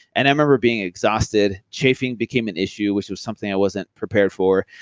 and i remember being exhausted, chafing became an issue, which was something i wasn't prepared for.